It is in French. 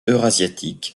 eurasiatique